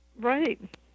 right